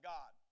God